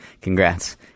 congrats